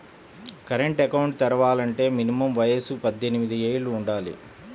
current account తెరవాలంటే minimum వయసు పద్దెనిమిది యేళ్ళు వుండాలి